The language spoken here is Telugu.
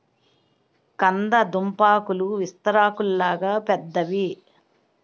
కంద దుంపాకులు విస్తరాకుల్లాగా పెద్దవి